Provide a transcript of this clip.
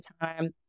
time